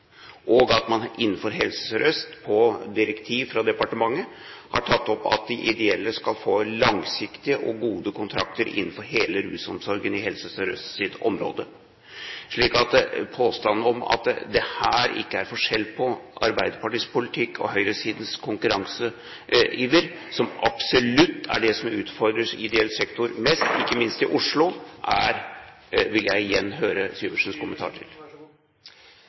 og at man innenfor Helse Sør-Øst, på direktiv fra departementet, har tatt opp at de ideelle skal få langsiktige og gode kontrakter innenfor hele rusomsorgen i Helse Sør-Øst sitt område. Så påstanden om at det her ikke er forskjell på Arbeiderpartiets politikk og høyresidens konkurranseiver – som absolutt er det som utfordrer ideell sektor mest, ikke minst i Oslo – vil jeg igjen høre